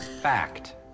Fact